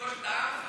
תפגוש את ה"עמך".